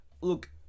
Look